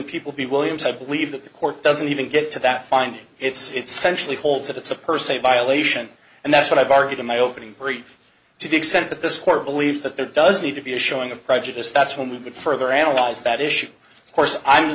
of people be williams i believe that the court doesn't even get to that fine it's centrally holds that it's a per se violation and that's what i've argued in my opening brief to the extent that this court believes that there does need to be a showing of prejudice that's when we get further analyze that issue of course i'm